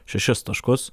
šešis taškus